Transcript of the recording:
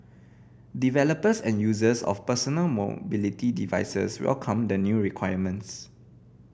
developers and users of personal mobility devices welcomed the new requirements